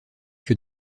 que